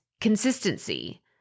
consistency